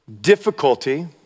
difficulty